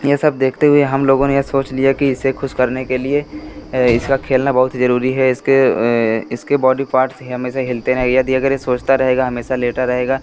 यह सब देखते हुए हम लोगों ने यह सोच लिया की इसे ख़ुश करने के लिए इसका खेलना बहुत ही ज़रूरी है इसके इसके बॉडी पार्ट्स ही हमेशा हिलते रहे यदि अगर यह सोचता रहेगा हमेशा लेटा रहेगा